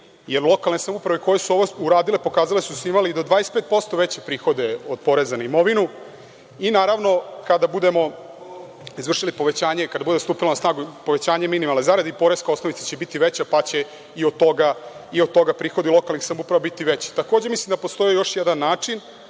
jer lokalne samouprave koje su ovo uradile pokazale su da su imale i do 25% veće prihode od poreza na imovinu. Naravno, kada budemo izvršili povećanje, kada bude stupilo na snagu povećanje minimalne zarade i poreska osnovica će biti veća, pa će i od toga prihodi lokalnih samouprava biti veći. Takođe, mislim da postoji još jedan način,